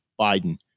Biden